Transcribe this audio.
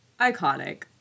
Iconic